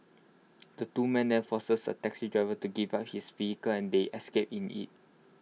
the two men then forced A taxi driver to give up his vehicle and they escaped in IT